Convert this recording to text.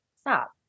Stop